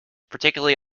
particularly